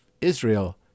Israel